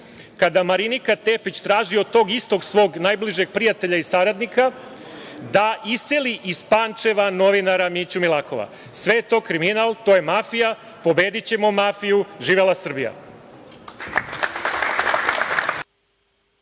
kada Marinika Tepić traži od tog istog svog najbližeg prijatelja i saradnika da iseli iz Pančeva novinara Miću Milakova? Sve je to kriminal, to je mafija. Pobedićemo mafiju! Živela Srbija!